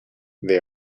they